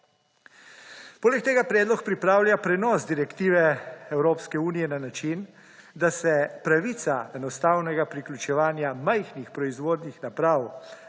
Poleg tega predlog pripravlja prenos direktive Evropske unije na način, da se pravica enostavnega priključevanja majhnih proizvodnih naprav